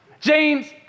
James